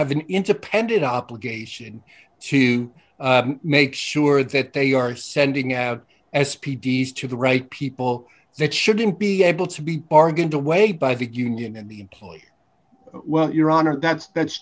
have an interdependent obligation to make sure that they are sending out s p g's to the right people that shouldn't be able to be bargained away by the union and the employer well your honor that's that's